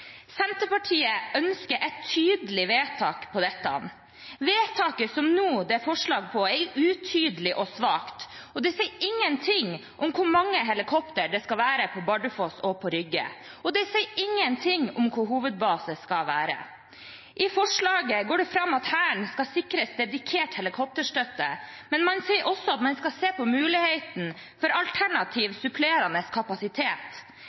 Senterpartiet ønsker et tydelig vedtak på dette. Det som nå er forslag til vedtak, er utydelig og svakt, og det sier ingen ting om hvor mange helikoptre det skal være på Bardufoss og på Rygge. Det sier ingen ting om hvor hovedbase skal være. I forslaget til vedtak går det fram at Hæren skal sikres dedikert helikopterstøtte, men man sier også at man skal se på muligheten for «alternativ supplerende kapasitet».